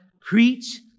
preach